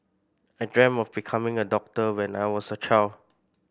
I dreamt of becoming a doctor when I was a child